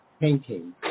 painting